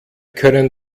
können